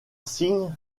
signe